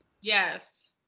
Yes